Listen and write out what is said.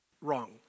wrong